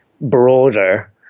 broader